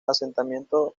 asentamiento